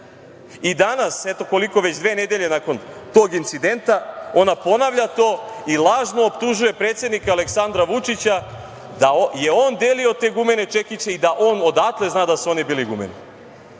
danas, eto, koliko već, dve nedelje nakon tog incidenta, ona ponavlja to i lažno optužuje predsednika Aleksandra Vučića da je on delio te gumene čekiće i da on odatle zna da su oni bili gumeni.